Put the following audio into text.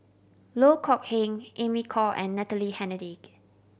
Loh Kok Heng Amy Khor and Natalie Hennedige